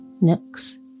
nooks